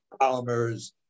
polymers